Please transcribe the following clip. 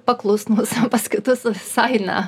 paklusnūs o pas kitus visai ne